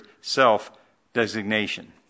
self-designation